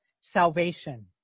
salvation